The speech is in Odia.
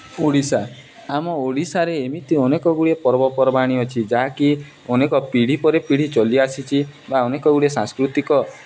ଓଡ଼ିଶା ଆମ ଓଡ଼ିଶାରେ ଏମିତି ଅନେକ ଗୁଡ଼ିଏ ପର୍ବପର୍ବାଣି ଅଛି ଯାହାକି ଅନେକ ପିଢ଼ି ପରେ ପିଢ଼ି ଚଲିଆସିଛିି ବା ଅନେକ ଗୁଡ଼ିଏ ସାଂସ୍କୃତିକ